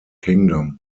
kingdom